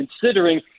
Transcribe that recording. considering